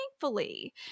thankfully